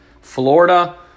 Florida